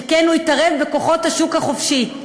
שכן הוא התערב בכוחות השוק החופשי,